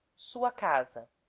sua casa